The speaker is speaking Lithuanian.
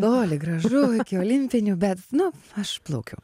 toli gražu iki olimpinių bet nu aš plaukiu